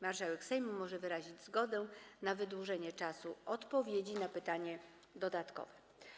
Marszałek Sejmu może wyrazić zgodę na wydłużenie czasu odpowiedzi na pytanie dodatkowe.